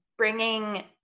Bringing